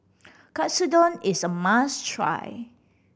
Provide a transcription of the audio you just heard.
katsudon is a must try